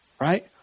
Right